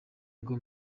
ngo